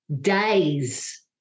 days